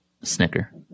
Snicker